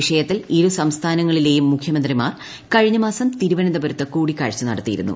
വിഷയത്തിൽ ഇരു സംസ്ഥാനങ്ങളിലേയും മുഖ്യ്മന്ത്രിമാർ കഴിഞ്ഞ മാസം തിരുവനന്തപുരത്ത് കൂടിക്കൂഴ്ച്ച നടത്തിയിരുന്നു